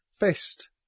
Fist